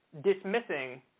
dismissing